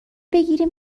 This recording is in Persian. بگیریم